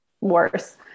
worse